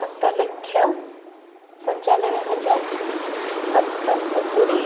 ସାତ ଲକ୍ଷ ପଞ୍ଚାନବେ ହଜାର ସାତଶହ ସତୁରି